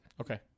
Okay